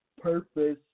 Purpose